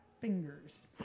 fingers